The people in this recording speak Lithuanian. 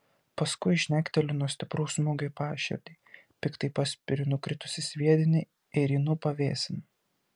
paskui žnekteliu nuo stipraus smūgio į paširdį piktai paspiriu nukritusį sviedinį ir einu pavėsin